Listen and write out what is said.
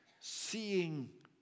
seeing